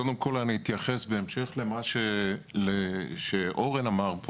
אני קודם כל אתייחס בהמשך למה שאורן אמר.